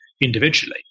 individually